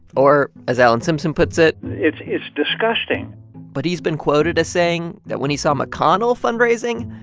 or as alan simpson puts it. it's it's disgusting but he's been quoted as saying that when he saw mcconnell fundraising,